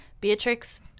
Beatrix